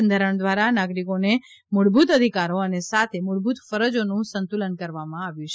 બંધારણ દ્વારા નાગરિકોને મૂળભૂત અધિકારો અને સાથે મૂળભૂત ફરજોનું સંતુલન કરવામાં આવ્યું છે